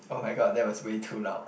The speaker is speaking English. oh my god that was way too loud